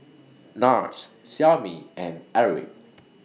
Nars Xiaomi and Airwick